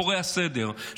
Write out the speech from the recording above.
פורע סדר,